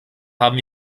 haben